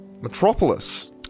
Metropolis